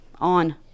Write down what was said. on